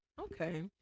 okay